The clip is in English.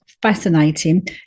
fascinating